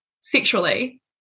sexually